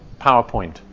PowerPoint